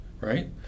right